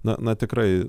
na na tikrai